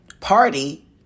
Party